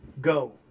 go